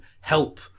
help